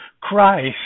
Christ